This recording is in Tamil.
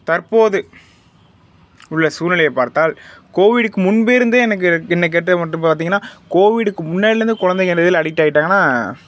தற்போது உள்ள சூழ்நிலையை பார்த்தால் கோவிட்டுக்கு முன்பிருந்தே எனக்கு என்னை கேட்டால் மட்டும் பார்த்திங்கன்னா கோவிட்டுக்கு முன்னாடிலருந்தே குழந்தைங்க எதில் அடிக்ட் ஆகிட்டாங்கன்னா